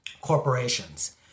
corporations